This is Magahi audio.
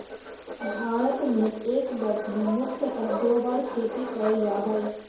भारत में एक वर्ष में मुख्यतः दो बार खेती कैल जा हइ